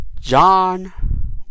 John